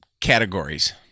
categories